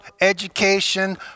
education